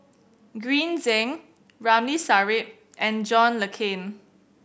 Green Zeng Ramli Sarip and John Le Cain